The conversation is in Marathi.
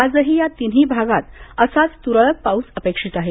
आजही या तिन्ही भागात असाच तुरळक पाऊस अपेक्षित आहे